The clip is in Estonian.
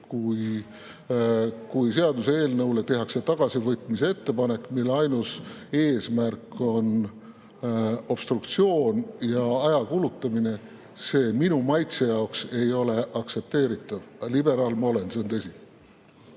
kui seaduseelnõu kohta tehakse tagasivõtmise ettepanek, mille ainus eesmärk on obstruktsioon ja aja kulutamine, ei ole minu maitse jaoks aktsepteeritav. Liberaal ma olen, see on tõsi.